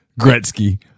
Gretzky